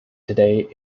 today